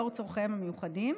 לאור צורכיהם המיוחדים,